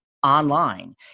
online